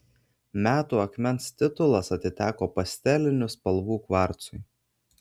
metų akmens titulas atiteko pastelinių spalvų kvarcui